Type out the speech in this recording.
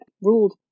ruled